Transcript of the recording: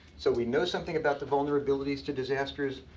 so we know something about the vulnerabilities to disasters.